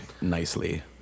nicely